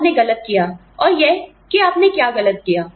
यह आपने गलत किया और यह कि आपने क्या गलत किया